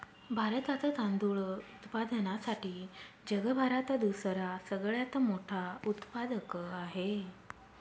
भारतात तांदूळ उत्पादनासाठी जगभरात दुसरा सगळ्यात मोठा उत्पादक आहे